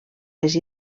les